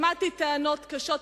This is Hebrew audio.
שמעתי טענות קשות מהמגזר,